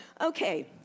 Okay